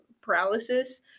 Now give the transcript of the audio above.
paralysis